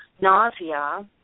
nausea